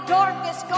darkness